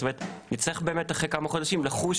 זאת אומרת, נצטרך באמת אחרי כמה חודשים לחוש.